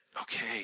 okay